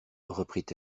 reprit